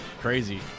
crazy